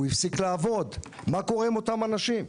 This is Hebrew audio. הוא הפסיק לעבוד, מה קורה עם אותם אנשים?